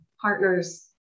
partners